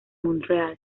montreal